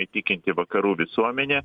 įtikinti vakarų visuomenę